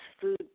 food